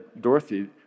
Dorothy